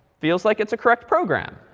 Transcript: feels like it's a correct program.